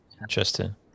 Interesting